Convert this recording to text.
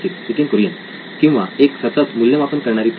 नितीन कुरियन किंवा एक सतत मूल्यमापन करणारी प्रणाली